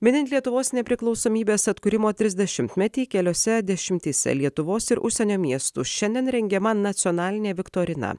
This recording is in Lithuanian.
minint lietuvos nepriklausomybės atkūrimo trisdešimtmetį keliose dešimtyse lietuvos ir užsienio miestų šiandien rengiama nacionalinė viktorina